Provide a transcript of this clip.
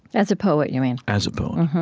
as a poet, you mean? as a poet.